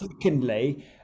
secondly